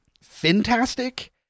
fantastic